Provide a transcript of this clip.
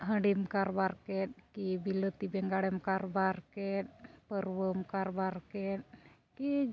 ᱦᱟᱺᱰᱤᱢ ᱠᱟᱨᱵᱟᱨ ᱠᱮᱫ ᱠᱤ ᱵᱤᱞᱟᱹᱛᱤ ᱵᱮᱜᱟᱲᱮᱢ ᱠᱟᱨᱵᱟᱨ ᱠᱮᱫ ᱯᱟᱹᱨᱣᱟᱹ ᱠᱟᱨᱵᱟᱨ ᱠᱮᱫ ᱠᱤ